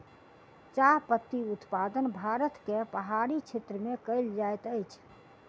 चाह पत्ती उत्पादन भारत के पहाड़ी क्षेत्र में कयल जाइत अछि